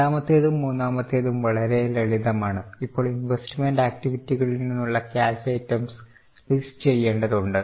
രണ്ടാമത്തേതും മൂന്നാമത്തേതും വളരെ ലളിതമാണ് ഇപ്പോൾ ഇൻവെസ്റ്റ്മെന്റ് ആക്റ്റിവിറ്റികളിൽ നിന്നുള്ള ക്യാഷ് ഐറ്റംസ് ലിസ്റ്റ് ചെയ്യേണ്ടതുണ്ട്